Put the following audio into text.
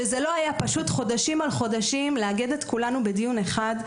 שזה לא היה פשוט חודשים על חודשים לאגד את כולנו בדיון אחד.